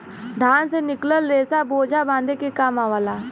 धान से निकलल रेसा बोझा बांधे के काम आवला